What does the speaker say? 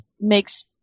makes